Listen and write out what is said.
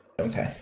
Okay